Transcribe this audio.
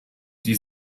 die